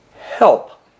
help